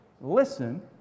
listen